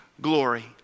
glory